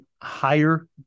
higher